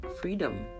freedom